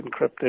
encrypted